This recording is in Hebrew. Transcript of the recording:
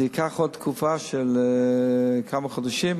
זה ייקח עוד תקופה של כמה חודשים,